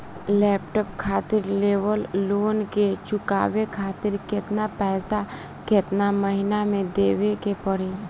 Laptop खातिर लेवल loan के चुकावे खातिर केतना पैसा केतना महिना मे देवे के पड़ी?